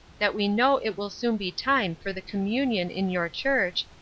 that we know it will soon be time for the communion in your church,